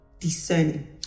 discerning